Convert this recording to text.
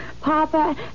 Papa